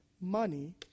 money